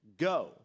Go